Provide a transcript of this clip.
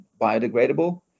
biodegradable